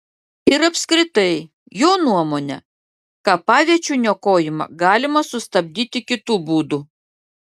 ir apskritai jo nuomone kapaviečių niokojimą galima sustabdyti kitu būdu